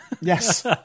Yes